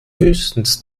höchstens